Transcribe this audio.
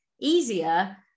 easier